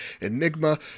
Enigma